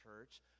Church